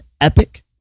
epic